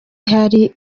ihari